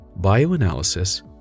bioanalysis